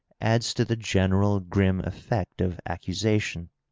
adds to the general grim effect of accusation.